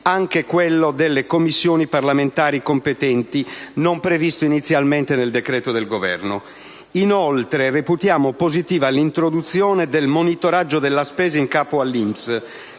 anche le Commissioni parlamentari competenti, non previste inizialmente dal decreto del Governo. Reputiamo, inoltre, positiva l'introduzione del monitoraggio della spesa in capo all'INPS,